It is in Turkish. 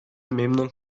memnun